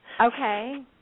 Okay